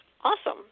Awesome